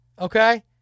okay